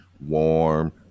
warm